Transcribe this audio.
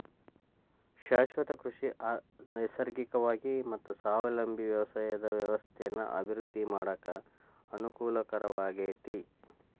ಶಾಶ್ವತ ಕೃಷಿ ನೈಸರ್ಗಿಕವಾಗಿ ಮತ್ತ ಸ್ವಾವಲಂಬಿ ವ್ಯವಸಾಯದ ವ್ಯವಸ್ಥೆನ ಅಭಿವೃದ್ಧಿ ಮಾಡಾಕ ಅನಕೂಲಕರವಾಗೇತಿ